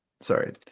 Sorry